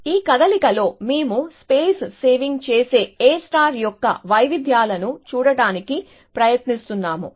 ఈ కదలికలో మేము స్పేస్ సేవింగ్ చేసే A యొక్క వైవిధ్యాలను చూడటానికి ప్రయత్నిస్తున్నాము